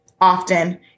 often